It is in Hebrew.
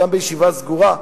גם בישיבה סגורה,